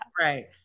Right